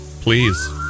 Please